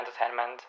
entertainment